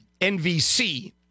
NVC